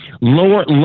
Lower